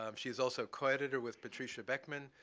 um she is also coeditor with patricia beckman,